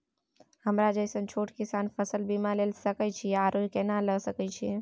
हमरा जैसन छोट किसान फसल बीमा ले सके अछि आरो केना लिए सके छी?